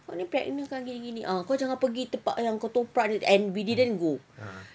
kau ni pregnant kan gini gini ah kau jangan pergi tempat yang ketoprak ni and we didn't go